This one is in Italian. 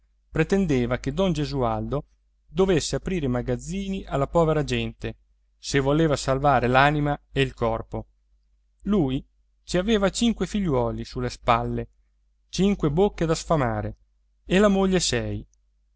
pretendeva che don gesualdo dovesse aprire i magazzini alla povera gente se voleva salvare l'anima e il corpo lui ci aveva cinque figliuoli sulle spalle cinque bocche da sfamare e la moglie sei